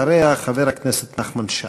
אחריה, חבר הכנסת נחמן שי.